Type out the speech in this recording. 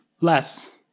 Less